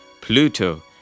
Pluto